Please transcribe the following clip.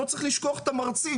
לא צריך לשכוח את המרצים,